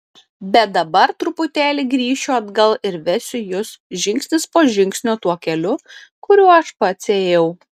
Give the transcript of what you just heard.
bet dabar truputėlį grįšiu atgal ir vesiu jus žingsnis po žingsnio tuo keliu kuriuo aš pats ėjau